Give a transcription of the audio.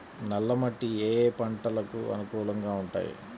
నల్ల మట్టి ఏ ఏ పంటలకు అనుకూలంగా ఉంటాయి?